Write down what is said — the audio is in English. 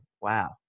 wow